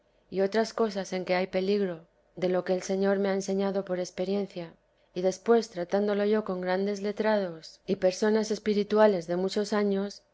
y otras cosas en que hay peligro de lo que el señor me ha enseñado por experiencia y después tratándolo yo con grandes letrados y vida de i a sama madre personas espirituales de muchos años